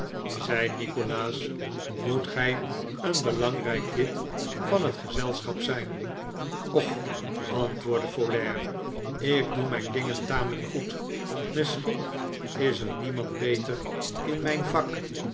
zei nikolaas moet gij een belangrijk lid van het gezelschap zijn och antwoordde folair ik doe mijn dingen tamelijk goed misschien is er niemand beter in mijn vak